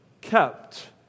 kept